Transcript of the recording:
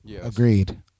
Agreed